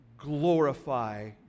Glorify